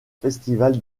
festival